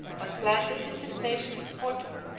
was planted in the station of porto,